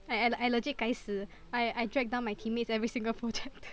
I I I legit 该死 I I dragged down my teammates every single project